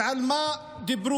ועל מה דיברו?